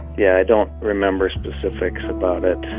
yeah, i don't remember specifics about it,